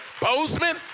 Bozeman